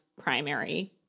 primary